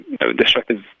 destructive